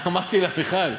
אמרתי, מיכל: